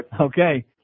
Okay